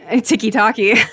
Ticky-tacky